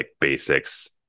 basics